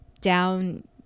down